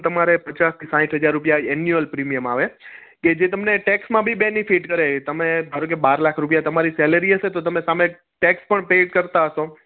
તમારે પચાસથી સાઠ હજાર રૂપિયા એન્યુઅલ પ્રીમિયમ આવે કે જે તમને ટેક્સમાં બી બેનિફિટ કરે તમે ધારો કે બાર લાખ રૂપિયા તમારી સેલેરી હશે તો તમે સામે ટેક્સ પણ પે કરતા હશો